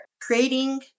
creating